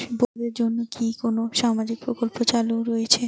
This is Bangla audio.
বয়স্কদের জন্য কি কোন সামাজিক প্রকল্প চালু রয়েছে?